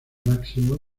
máximo